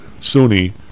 Sunni